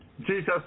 Jesus